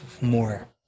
more